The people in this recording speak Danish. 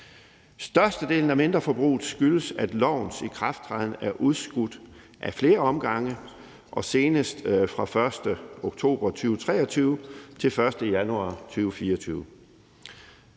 Størstedelen af mindreforbruget skyldes, at lovens ikrafttræden er udskudt ad flere omgange, senest fra den 1. oktober 2023 til den 1. januar 2024.